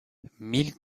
mille